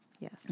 Yes